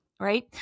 right